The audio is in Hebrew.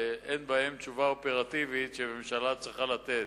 שאין בהם תשובה אופרטיבית שממשלה צריכה לתת.